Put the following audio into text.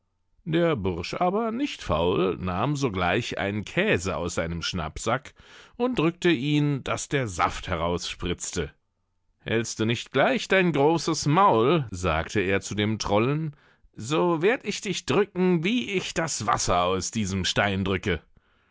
der bursch aber nicht faul nahm sogleich einen käse aus seinem schnappsack und drückte ihn daß der saft herausspritzte hältst du nicht gleich dein großes maul sagte er zu dem trollen so werd ich dich drücken wie ich das wasser aus diesem stein drücke